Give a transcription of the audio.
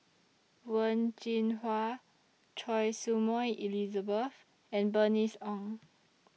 Wen Jinhua Choy Su Moi Elizabeth and Bernice Ong